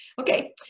Okay